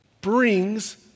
brings